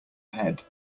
head